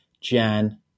Jan